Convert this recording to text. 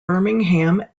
birmingham